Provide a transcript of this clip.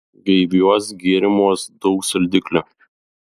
gaiviuos gėrimuos daug saldiklio